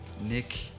Nick